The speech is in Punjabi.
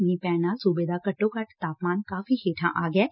ਮੀ'ਹ ਪੈਣ ਨਾਲ ਸੁਬੇ ਦਾ ਘੱਟੋ ਘੱਟ ਤਾਪਮਾਨ ਕਾਫ਼ੀ ਹੇਠਾ ਆ ਗਿਐ